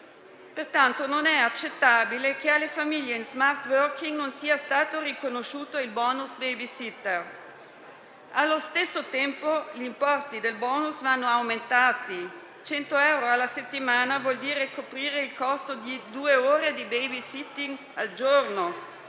Pertanto non è accettabile che alle famiglie in *smart* *working* non sia stato riconosciuto il bonus *baby sitter*. Allo stesso tempo gli importi del bonus vanno aumentati: 100 euro alla settimana vuol dire coprire il costo di due ore di *baby sitting* al giorno,